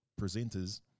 presenters